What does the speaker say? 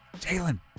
Jalen